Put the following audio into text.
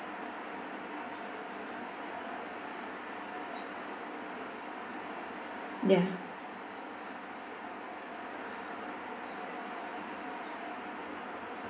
ya